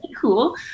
cool